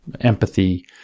empathy